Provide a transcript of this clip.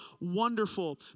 wonderful